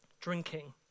drinking